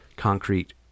Concrete